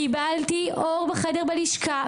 קיבלתי אור בחדר בלשכה,